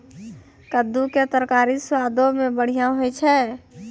कद्दू के तरकारी स्वादो मे बढ़िया होय छै